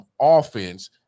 offense